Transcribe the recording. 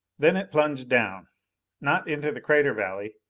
then it plunged down not into the crater valley,